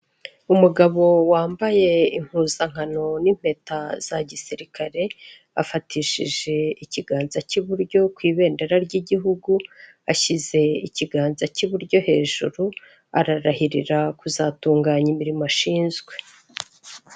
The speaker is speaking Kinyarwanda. Umugabo wambaye impuzankano n'impeta za gisirikare, afatishije ikiganza cy'iburyo ku ibendera ry'igihugu, ashyize ikiganza cy'iburyo hejuru ararahirira kuzatunganya imirimo ashinzwe.